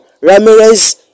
Ramirez